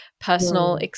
personal